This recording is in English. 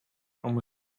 from